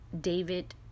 David